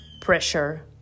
pressure